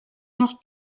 noch